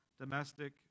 domestic